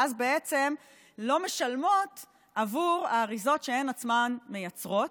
ואז בעצם לא משלמות עבור האריזות שהן עצמן מייצרות.